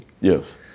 Yes